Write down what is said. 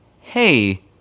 hey